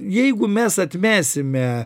jeigu mes atmesime